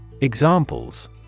Examples